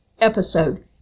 episode